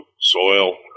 soil